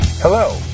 Hello